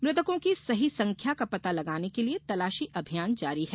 मुतकों की सही संख्या का पता लगाने के लिए तलाशी अभियान जारी है